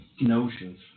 notions